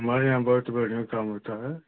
हमारे यहाँ बहुत बढ़िया काम होता है